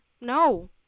No